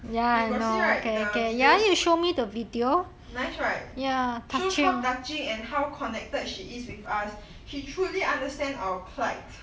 you got see right the video nice right shows how touching and how connected she is with us she truly understand our plight